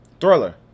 Thriller